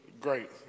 great